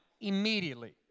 immediately